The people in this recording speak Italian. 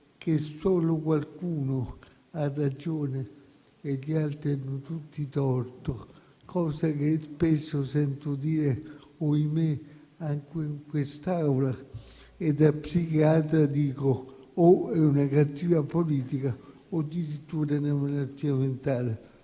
che solo qualcuno ha ragione e gli altri hanno tutti torto, cosa che spesso sento dire, ohimè, anche in quest'Aula: da psichiatra dico che, o è una cattiva politica, o addirittura è una malattia mentale,